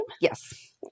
Yes